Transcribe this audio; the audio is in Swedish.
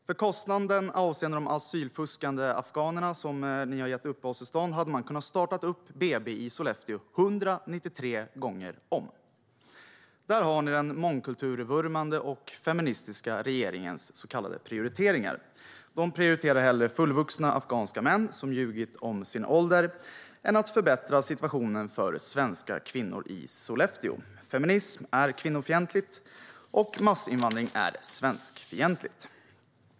För kostnaden avseende de asylfuskande afghanerna, som ni har gett uppehållstillstånd, hade man kunnat starta BB i Sollefteå 193 gånger om. Där har ni den mångkulturvurmande och feministiska regeringens så kallade prioriteringar. De prioriterar hellre fullvuxna afghanska män som har ljugit om sin ålder än att förbättra situationen för svenska kvinnor i Sollefteå. Feminism är kvinnofientligt, och massinvandring är svenskfientligt.